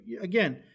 again